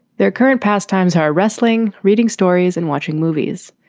their current pastimes are wrestling, reading stories and watching movies.